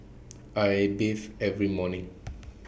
I bathe every morning